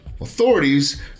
Authorities